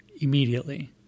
immediately